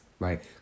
right